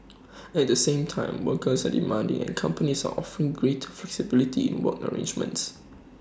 at the same time workers are demanding and companies are offering greater flexibility in work arrangements